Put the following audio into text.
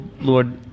Lord